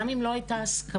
גם אם לא הייתה הסכמה,